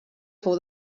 fou